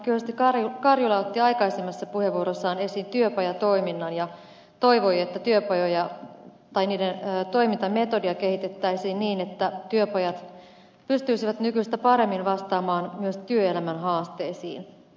kyösti karjula otti aikaisemmassa puheenvuorossaan esiin työpajatoiminnan ja toivoi että työpajojen toimintametodeja kehitettäisiin niin että työpajat pystyisivät nykyistä paremmin vastaamaan myös työelämän haasteisiin